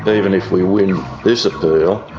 even if we win this appeal,